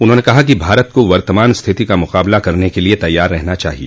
उन्होंने कहा कि भारत को वर्तमान स्थिति का मुकाबला करने के लिए तैयार रहना चाहिए